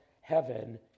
heaven